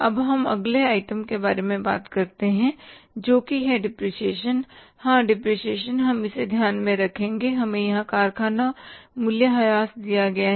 अब हम अगले आइटम के बारे में बात करते हैं जो कि है डिप्रेशिएशन हां डिप्रेशिएशन हम इसे ध्यान में रखेंगे और हमें यहां कारखाना मूल्यह्रास दिया गया है